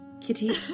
Kitty